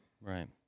Right